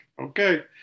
okay